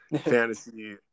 fantasy